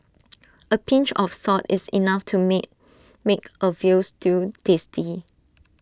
A pinch of salt is enough to make make A Veal Stew tasty